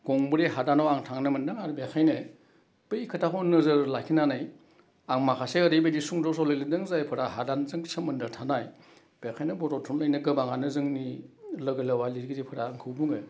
गंब्रै हादानाव आं थांनो मोनदों आर बेखायनो बै खोथाखौ नोजोर लाखिनानै आं माखासे ओरैबायदि सुंद' सल' लिरदों जायफ्रा हादानजों सोमोन्दों थानाय बेखायनो बर' थुनलाइनो गोबाङानो जोंनि लोगो लेवा लिरगिरिफोरा आंखौ बुङो